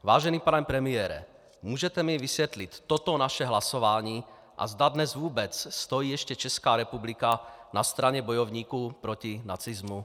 Vážený pane premiére, můžete mi vysvětlit toto naše hlasování, a zda dnes vůbec stojí ještě Česká republika na straně bojovníků proti nacismu?